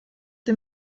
der